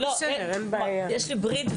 אני רוצה לגבי היועצת המשפטית,